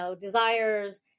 desires